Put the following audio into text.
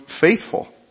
faithful